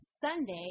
Sunday